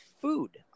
food